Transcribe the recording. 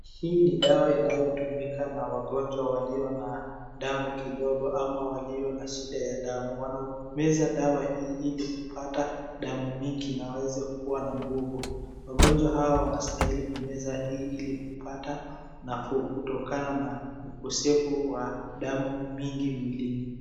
Hii ni dawa inayotumika na wagonjwa walio na damu kidogo ama walio na shida ya damu. Wanameza dawa hii ili kupata damu mingi na waweze kuwa na nguvu. Wagonjwa hawa wanastahili kumeza hii ili kupata nafuu kutokana na ukosefu wa damu mingi mwilini.